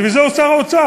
בשביל זה הוא שר האוצר,